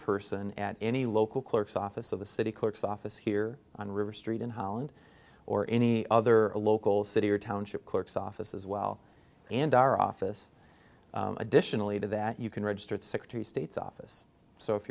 person at any local clerk's office or the city clerk's office here on river street in holland or any other local city or township clerk's office as well and our office additionally to that you can register the secretary of state's office so if